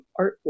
artwork